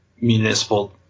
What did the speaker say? municipal